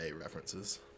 references